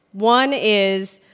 one is,